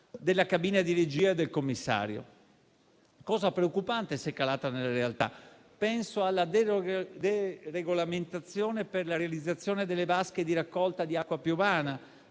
della cabina di regia del commissario: cosa preoccupante, se calata nella realtà. Penso alla deregolamentazione per la realizzazione delle vasche di raccolta di acqua piovana,